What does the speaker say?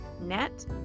net